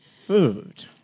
Food